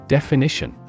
Definition